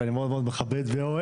ואני מאוד מאוד מכבד ואוהב,